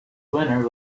winner